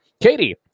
Katie